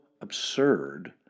absurd